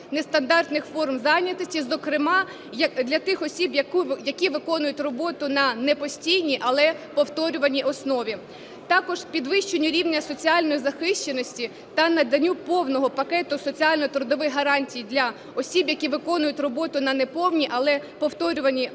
нестандартних форм зайнятості, зокрема для тих осіб, які виконують роботу на не постійній, але повторюваній основі. Також підвищенню рівня соціальної захищеності та наданню повного пакету соціально-трудових гарантій для осіб, які виконують роботу на не повній, але повторюваній основі,